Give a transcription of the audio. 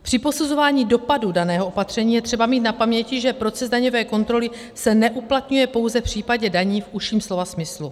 Při posuzování dopadů daného opatření je třeba mít na paměti, že proces daňové kontroly se neuplatňuje pouze v případě daní v užším slova smyslu.